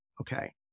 Okay